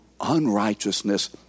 unrighteousness